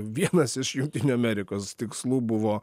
vienas iš jungtinių amerikos tikslų buvo